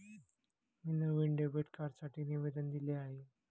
मी नवीन डेबिट कार्डसाठी निवेदन दिले आहे